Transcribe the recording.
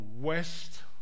West